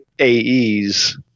AEs